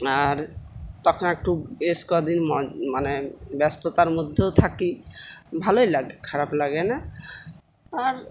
আর তখন একটু বেশ কদিন মানে ব্যস্ততার মধ্যেও থাকি ভালোই লাগে খারাপ লাগে না আর